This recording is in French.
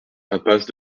impasse